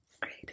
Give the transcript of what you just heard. Great